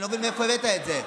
אני לא מבין מאיפה הבאת את זה.